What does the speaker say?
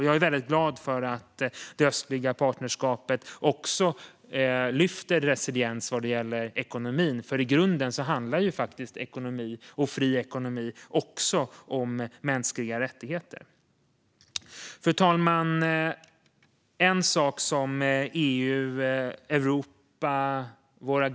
Jag är glad för att det östliga partnerskapet lyfter fram resiliens i ekonomin. I grunden handlar fri ekonomi också om mänskliga rättigheter. Det östliga partner-skapet efter 2020 Fru talman!